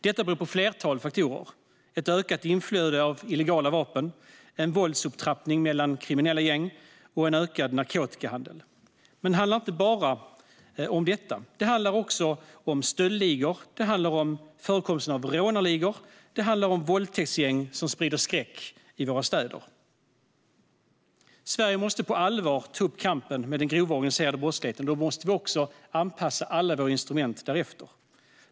Detta beror på ett flertal faktorer: ett ökat inflöde av illegala vapen, en våldsupptrappning mellan kriminella gäng och en ökad narkotikahandel. Men det handlar inte bara om detta; det handlar också om stöldligor, förekomsten av rånarligor och våldtäktsgäng som sprider skräck i våra städer. Sverige måste på allvar ta upp kampen mot den grova organiserade brottsligheten. Då måste vi också anpassa alla våra instrument därefter.